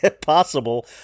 possible